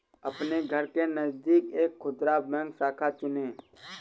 अपने घर के नजदीक एक खुदरा बैंक शाखा चुनें